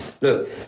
Look